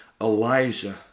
Elijah